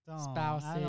spouses